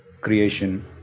creation